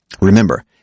Remember